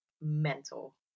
mental